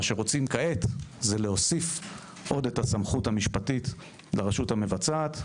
מה שרוצים כעת זה להוסיף עוד את הסמכות המשפטית לרשות המבצעת.